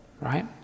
right